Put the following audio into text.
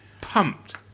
pumped